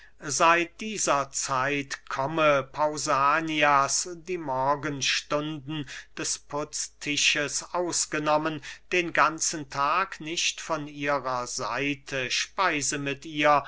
seit dieser zeit komme pausanias die morgenstunden des putztisches ausgenommen den ganzen tag nicht von ihrer seite speise mit ihr